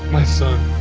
my son